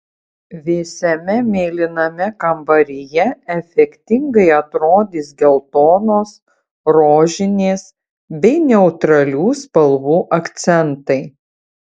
vėsiame mėlyname kambaryje efektingai atrodys geltonos rožinės bei neutralių spalvų akcentai